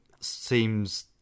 seems